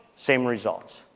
same results.